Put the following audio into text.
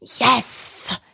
Yes